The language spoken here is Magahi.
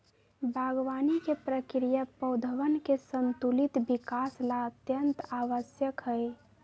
बागवानी के प्रक्रिया पौधवन के संतुलित विकास ला अत्यंत आवश्यक हई